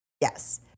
Yes